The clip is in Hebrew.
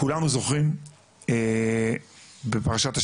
כולנו זוכרים בפרשת השבוע,